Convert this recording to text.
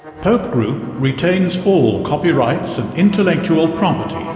pope group retains all copyrights and intellectual property,